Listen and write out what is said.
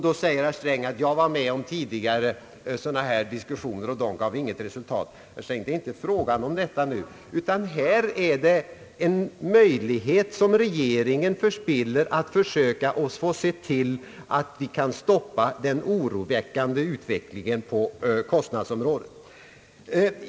Då säger herr Sträng: Jag har varit med om sådana här diskussioner tidigare, och de gav inget resultat. Men det är inte fråga om detta gamla nu. Här är det en ny möjlighet som regeringen förspiller att försöka se till att vi kan stoppa den oroväckande utvecklingen på kostnadsområdet.